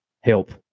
help